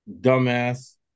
dumbass